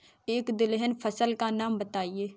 एक दलहन फसल का नाम बताइये